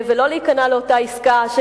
להיכנע לאותה עסקה,